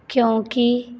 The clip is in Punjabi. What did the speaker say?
ਕਿਉਂਕਿ